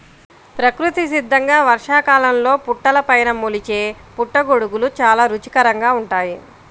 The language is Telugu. ప్రకృతి సిద్ధంగా వర్షాకాలంలో పుట్టలపైన మొలిచే పుట్టగొడుగులు చాలా రుచికరంగా ఉంటాయి